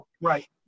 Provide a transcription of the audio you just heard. Right